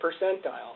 percentile